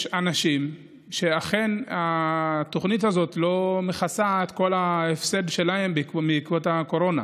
יש אנשים שאכן התוכנית הזאת לא מכסה את כל ההפסד שלהם בעקבות הקורונה.